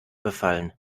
befallen